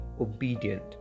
obedient